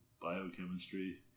biochemistry